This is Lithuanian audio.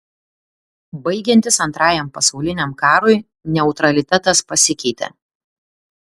baigiantis antrajam pasauliniam karui neutralitetas pasikeitė